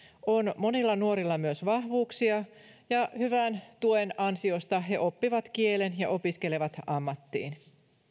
on monilla nuorilla myös vahvuuksia ja hyvän tuen ansiosta he oppivat kielen ja opiskelevat ammattiin